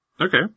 Okay